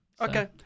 Okay